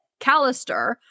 Callister